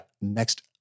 next